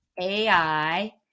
AI